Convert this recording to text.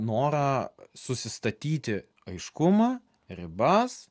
norą susistatyti aiškumą ribas